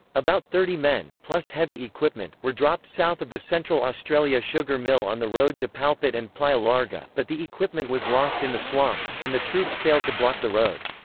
about thirty men, plus heavy equipment, were dropped south of the central australia sugar mill on the road to palpite and playa larga, but the equipment was lost in the swamps, and the troops failed to block the road.